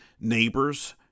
neighbors